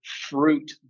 fruit